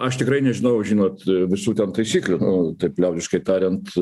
aš tikrai nežinau žinot visų taisyklių nu taip liaudiškai tariant